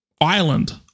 island